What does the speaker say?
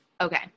okay